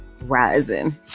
Rising